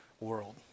world